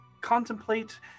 contemplate